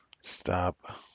Stop